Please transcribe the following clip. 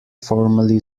formally